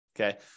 okay